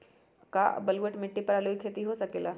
का बलूअट मिट्टी पर आलू के खेती हो सकेला?